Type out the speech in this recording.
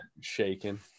shaking